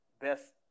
best